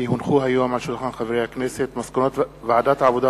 כי הונחו היום על שולחן הכנסת מסקנות ועדת העבודה,